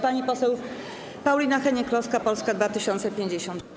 Pani poseł Paulina Hennig-Kloska, Polska 2050.